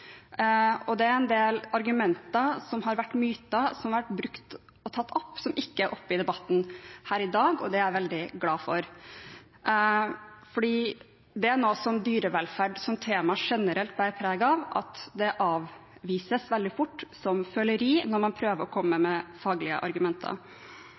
og det er en del argumenter som har vært myter, som har vært brukt og tatt opp. Disse er ikke oppe i debatten her i dag, og det er jeg veldig glad for. For det er noe som dyrevelferd som tema generelt bærer preg av, at det avvises veldig fort som føleri når man prøver å komme med faglige argumenter.